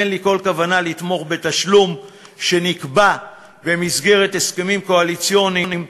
אין לי כל כוונה לתמוך בתשלום שנקבע במסגרת הסכמים קואליציוניים,